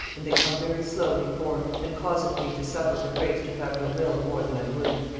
and they come very slowly forth and causeth me to suffer her grace to have her will, more than i would.